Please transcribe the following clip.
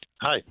hi